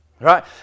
right